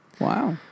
Wow